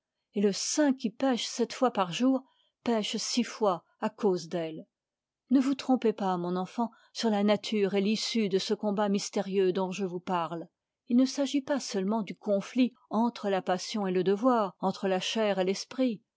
et le saint qui pèche sept fois par jour pèche six fois à cause d'elle ne vous trompez pas mon enfant sur la nature et l'issue de ce combat mystérieux dont je vous parle il ne s'agit pas seulement du conflit entre la passion et le devoir entre la chair et l'esprit